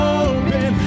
open